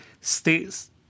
states